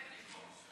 בבקשה.